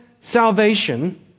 salvation